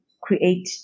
create